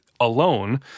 alone